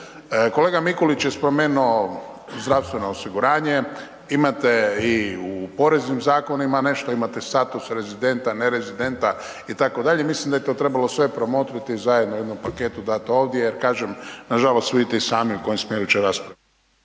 Kolega Mikulić je spomenuo zdravstveno osiguranje, imate i u poreznim zakonima bešto, imate status rezidenta, nerezidenta itd., mislim da je to trebalo sve promotriti zajedno u jednom paketu i dat ovdje jer kažem, nažalost vidite i sami u kojem smjeru će rasprava.